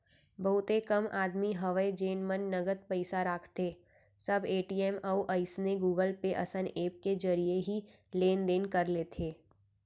बहुते कम आदमी हवय जेन मन नगद पइसा राखथें सब ए.टी.एम अउ अइसने गुगल पे असन ऐप के जरिए ही लेन देन कर लेथे